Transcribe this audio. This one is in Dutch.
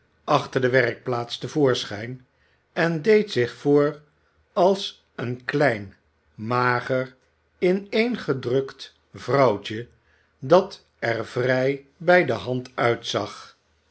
achter de werkplaats te voorschijn en deed zich voor als een klein mager ineengedrukt vrouwtje dat er vrij bij de hand uitzag